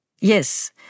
Yes